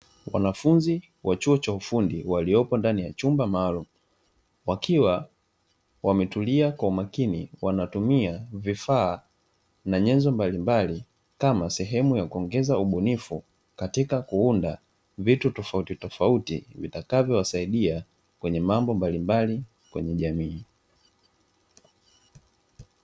Wanafunzi wa chuo cha ufundi walioko ndani ya chumba maalumu wakiwa wametulia kwa umakini wanatumia vifaa na nyenzo mbalimbali, kama sehemu ya kuongeza ubunifu katika kuunda vitu tofautitofauti vitakavyo wasaidia kwenye mambo mbalimbali kwenye jamii.